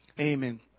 amen